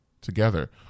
together